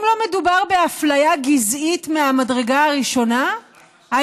זה חמור מאוד בעיניי.